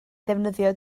ddefnyddio